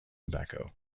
tobacco